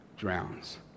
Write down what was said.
drowns